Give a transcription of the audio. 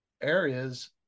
areas